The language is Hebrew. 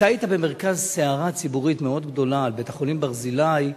אתה היית במרכז סערה ציבורית מאוד גדולה על בית-החולים "ברזילי"